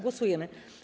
Głosujemy.